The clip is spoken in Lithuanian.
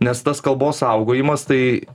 nes tas kalbos saugojimas tai